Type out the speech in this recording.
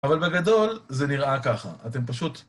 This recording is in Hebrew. אבל בגדול זה נראה ככה, אתם פשוט...